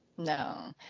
No